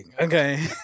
Okay